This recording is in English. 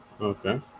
Okay